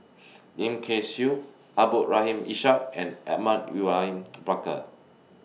Lim Kay Siu Abdul Rahim Ishak and Edmund William Barker